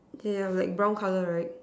yeah like brown colour right